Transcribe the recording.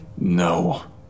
No